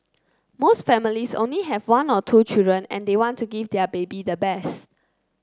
most families only have one or two children and they want to give their baby the best